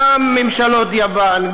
גם ממשלת יוון,